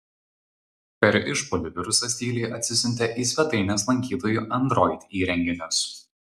per išpuolį virusas tyliai atsisiuntė į svetainės lankytojų android įrenginius